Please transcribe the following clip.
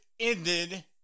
Ended